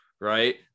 right